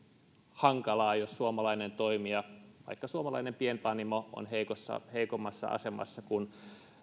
hankalaa jos suomalainen toimija vaikka suomalainen pienpanimo on heikommassa heikommassa asemassa kuin